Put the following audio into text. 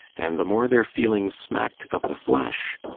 and the more their feelings smacked of the flesh,